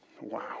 Wow